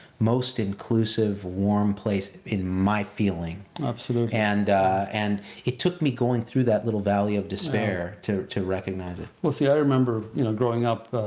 most inclusive, warm place, in my feeling. absolutely. and and it took me going through that little valley of despair to to recognize it. well see, i remember you know growing up